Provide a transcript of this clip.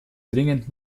dringend